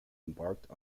embarked